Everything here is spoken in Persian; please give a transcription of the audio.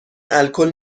الکل